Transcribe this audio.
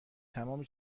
تمام